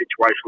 situational